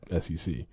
sec